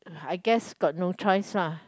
I guess got no choice lah